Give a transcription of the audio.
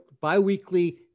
biweekly